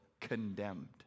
condemned